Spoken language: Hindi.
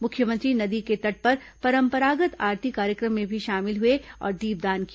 मुख्यमंत्री नदी के तट पर परंपरागत आरती कार्यक्रम में भी शामिल हुए और दीपदान किया